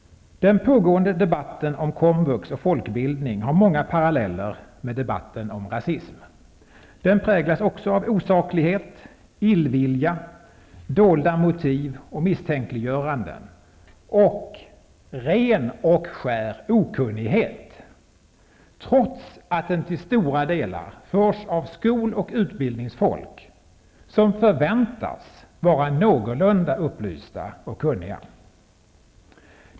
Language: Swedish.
Den pågående debatten om komvux och folkbildningen har många paralleller med debatten om rasism. Den präglas också av osaklighet, illvilja, dolda motiv, misstänkliggöranden och ren och skär okunnighet. Trots att den till stora delar förs av skol och utbildningsfolk som förväntas vara någorlunda upplysta och kunniga.